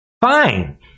Fine